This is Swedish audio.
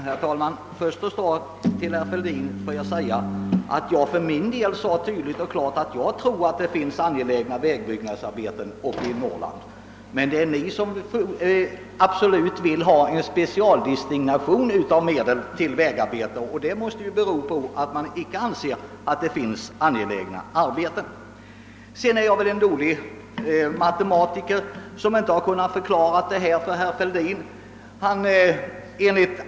Herr talman! Först vill jag säga till herr Fälldin, att jag tydligt och klart har uttalat att jag för min del tror att det finns angelägna vägbyggnadsarbeten uppe i Norrland. Men det är ni som absolut vill ha en specialdirigering av vissa medel till vägarbeten, och det måste väl bero på att ni inte anser att det finns andra lika angelägna arbeten. Jag tycks vara en dålig pedägog, eftersom jag inte har lyckats förklara detta för herr Fälldin.